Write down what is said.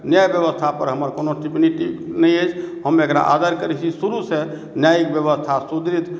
न्याय व्यवस्था पर हमर कोनो टिप्पणी नहि अछि हम एकरा आदर करै छी शुरुसँ न्यायिक व्यवस्था सुदृढ